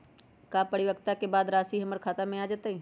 का परिपक्वता के बाद राशि हमर खाता में आ जतई?